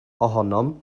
ohonom